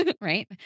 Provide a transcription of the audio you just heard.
right